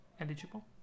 Eligible